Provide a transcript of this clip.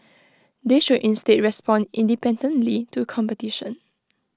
they should instead respond independently to competition